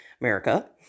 America